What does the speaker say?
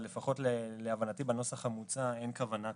לפחות להבנתי, בנוסח המוצע אין כוונה כזו,